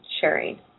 sharing